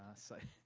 so,